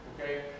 okay